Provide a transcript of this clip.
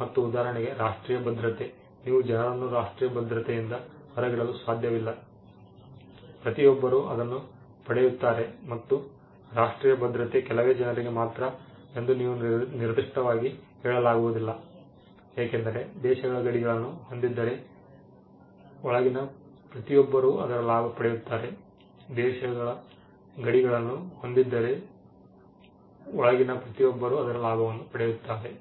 ಮತ್ತು ಉದಾಹರಣೆಗೆ ರಾಷ್ಟ್ರೀಯ ಭದ್ರತೆ ನೀವು ಜನರನ್ನು ರಾಷ್ಟ್ರೀಯ ಭದ್ರತೆಯಿಂದ ಹೊರಗಿಡಲು ಸಾಧ್ಯವಿಲ್ಲ ಪ್ರತಿಯೊಬ್ಬರೂ ಅದನ್ನು ಪಡೆಯುತ್ತಾರೆ ಮತ್ತು ರಾಷ್ಟ್ರೀಯ ಭದ್ರತೆ ಕೆಲವೇ ಜನರಿಗೆ ಮಾತ್ರ ಎಂದು ನೀವು ನಿರ್ದಿಷ್ಟವಾಗಿ ಹೇಳಲಾಗುವುದಿಲ್ಲ ಏಕೆಂದರೆ ದೇಶಗಳ ಗಡಿಗಳನ್ನು ಹೊಂದಿದ್ದರೆ ಒಳಗಿನ ಪ್ರತಿಯೊಬ್ಬರೂ ಅದರ ಲಾಭವನ್ನು ಪಡೆಯುತ್ತಾರೆ